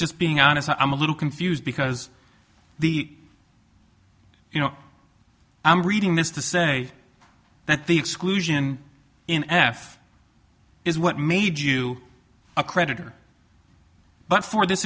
just being honest i'm a little confused because the you know i'm reading this to say that the exclusion in af is what made you a creditor but for th